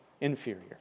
inferior